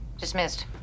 Dismissed